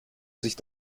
sich